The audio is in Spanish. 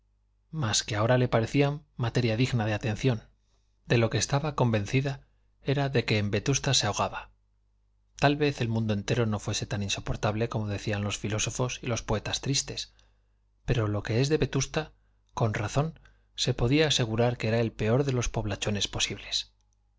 mas que ahora le parecían materia digna de atención de lo que estaba convencida era de que en vetusta se ahogaba tal vez el mundo entero no fuese tan insoportable como decían los filósofos y los poetas tristes pero lo que es de vetusta con razón se podía asegurar que era el peor de los poblachones posibles